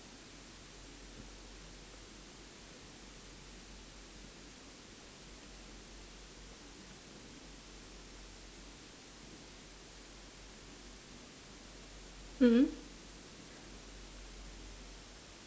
mmhmm